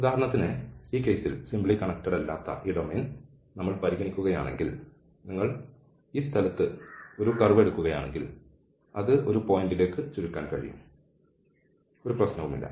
ഉദാഹരണത്തിന് ഈ കേസിൽ സിംപ്ലി കണ്ണെക്ടഡ് അല്ലാത്ത ഈ ഡൊമെയ്ൻ നമ്മൾ പരിഗണിക്കുകയാണെങ്കിൽ നിങ്ങൾ ഈ സ്ഥലത്ത് ഒരു കർവ് എടുക്കുകയാണെങ്കിൽ അത് ഒരു പോയിൻറ്ലേക്ക് ചുരുക്കാൻ കഴിയും ഒരു പ്രശ്നവുമില്ല